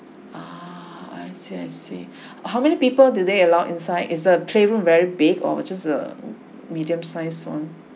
ah I see I see how many people do they allow inside is the playroom very big or it's just a medium size [one]